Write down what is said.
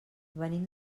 venim